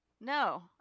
No